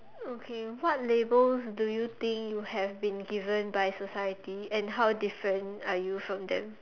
okay what labels do you think you have been given by society and how different are you from them